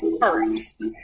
first